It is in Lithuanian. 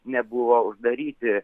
nebuvo uždaryti